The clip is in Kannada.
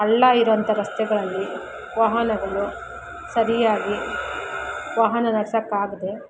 ಹಳ್ಳ ಇರೋಂಥ ರಸ್ತೆಗಳಲ್ಲಿ ವಾಹನಗಳು ಸರಿಯಾಗಿ ವಾಹನ ನಡ್ಸಕ್ಕಾಗ್ದೆ